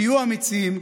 תהיו אמיצים.